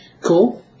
Cool